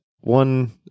one